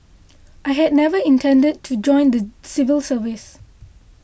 I had never intended to join the civil service